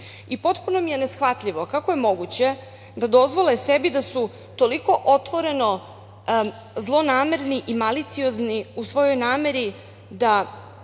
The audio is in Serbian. desilo. Potpuno mi je neshvatljivo kako je moguće da dozvole sebi da su toliko otvoreno zlonamerni i maliciozni u svojoj nameri da